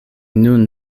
nun